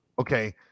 okay